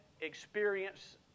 experience